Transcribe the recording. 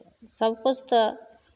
सभकिछु तऽ